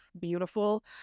beautiful